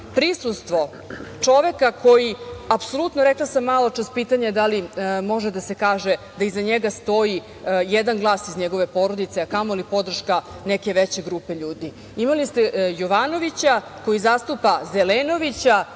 prisustvo čoveka koji apsolutno, rekla sam malo čas, pitanje je da li može da se kaže da iza njega stoji jedan glas iz njegove porodice a kamoli podrška neke veće grupe ljudi, imali ste Jovanovića koji zastupa Zelenovića